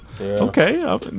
Okay